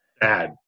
bad